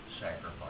sacrifice